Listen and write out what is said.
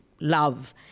love